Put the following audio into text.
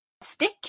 stick